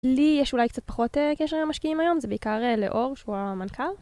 לי יש אולי קצת פחות קשר עם משקיעים היום, זה בעיקר לאור שהוא המנכל.